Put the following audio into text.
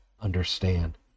understand